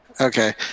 Okay